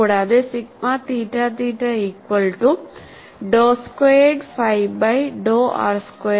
കൂടാതെ sigma theta theta equal to del squared phi by del r square